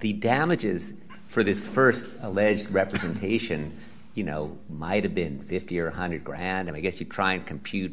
the damages for this st alleged representation you know might have been fifty or one hundred dollars grand i guess you try and compute